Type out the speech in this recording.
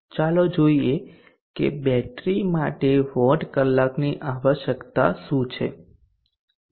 ચાલો જોઈએ કે બેટરી માટે વોટ કલાકની આવશ્યકતા શું છે